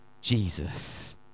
Jesus